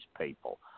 people